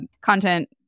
content